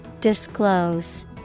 Disclose